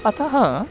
अतः